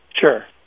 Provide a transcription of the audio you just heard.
Sure